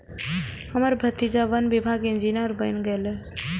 हमर भतीजा वन विभागक इंजीनियर बनलैए